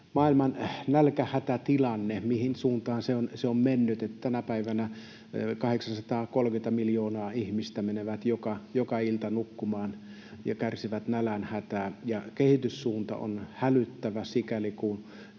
maailman nälänhätätilannetta, sitä, mihin suuntaan se on mennyt, niin tänä päivänä 830 miljoonaa ihmistä menee joka ilta nukkumaan ja kärsii nälänhädästä, ja kehityssuunta on hälyttävä sikäli,